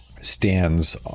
stands